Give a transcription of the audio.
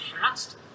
past